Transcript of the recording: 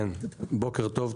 בוקר טוב.